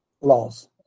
laws